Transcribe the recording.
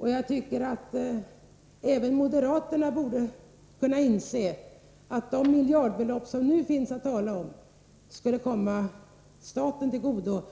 Jag tycker att även moderaterna borde kunna inse att de miljardbelopp som det nu är tal om skulle komma staten till godo.